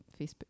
Facebook